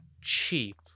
cheap